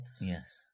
Yes